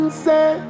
say